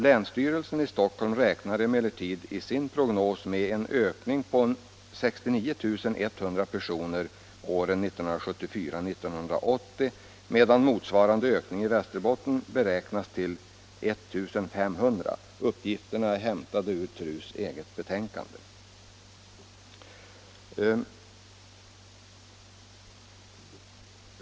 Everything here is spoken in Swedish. Länsstyrelsen i Stockholms län räknar emellertid i sin prognos med en ökning med 69 100 personer i Stockholm åren 1974-1980, medan motsvarande ökning i Västerbotten beräknas bli 1 500. Uppgifterna är hämtade ur TRU:s eget betänkande.